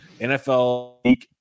NFL